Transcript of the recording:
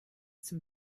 zum